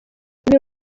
ibi